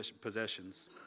possessions